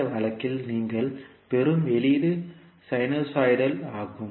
இந்த வழக்கில் நீங்கள் பெறும் வெளியீடு சைனூசாய்டல் ஆகும்